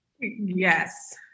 Yes